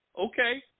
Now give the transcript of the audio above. okay